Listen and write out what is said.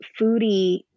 foodie